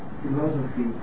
philosophy